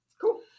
cool